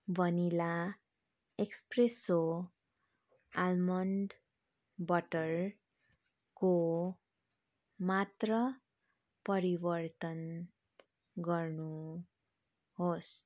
vanilla espresso almond बटरको मात्र परिवर्तन गर्नुहोस्